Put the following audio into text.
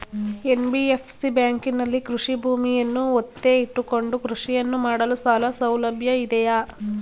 NBFC ಬ್ಯಾಂಕಿನಲ್ಲಿ ಕೃಷಿ ಭೂಮಿಯನ್ನು ಒತ್ತೆ ಇಟ್ಟುಕೊಂಡು ಕೃಷಿಯನ್ನು ಮಾಡಲು ಸಾಲಸೌಲಭ್ಯ ಇದೆಯಾ?